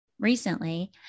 Recently